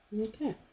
Okay